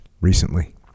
recently